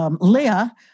Leah